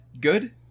good